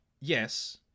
yes